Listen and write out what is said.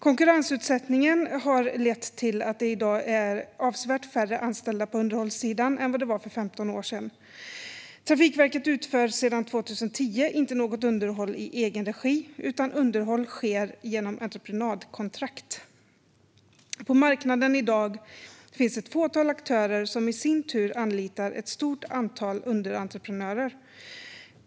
Konkurrensutsättningen har lett till att det i dag är avsevärt färre anställda på underhållssidan än vad det var för 15 år sedan. Trafikverket utför sedan 2010 inte något underhåll i egen regi, utan underhåll sker genom entreprenadkontrakt. På marknaden i dag finns ett fåtal aktörer som i sin tur anlitar ett stort antal underentreprenörer.